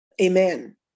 amen